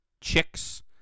chicks